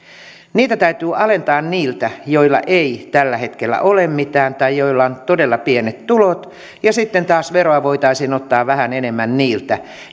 niitä täytyy alentaa niiltä joilla ei tällä hetkellä ole mitään tai joilla on todella pienet tulot ja sitten taas veroa voitaisiin ottaa vähän enemmän niiltä